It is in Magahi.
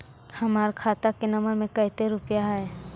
हमार के खाता नंबर में कते रूपैया है?